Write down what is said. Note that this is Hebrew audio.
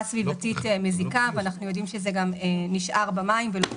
סביבתית מזיקה ואנחנו יודעים שזה גם נשאר במים ולא מתפרק.